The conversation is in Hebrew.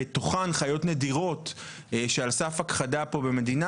בתוכן חיות נדירות שעל סף הכחדה פה במדינה,